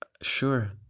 sure